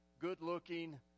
good-looking